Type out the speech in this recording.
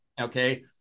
Okay